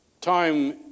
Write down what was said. time